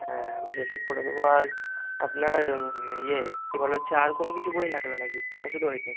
হ্যাঁ আমি দেখি করে দেবো আর আপনার ইয়ে কী বলে হচ্ছে আর কোনো কিছু বই লাগবে নাকি না ও শুধু ওইটাই